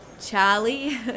Charlie